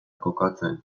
kokatzen